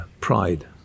pride